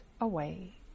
away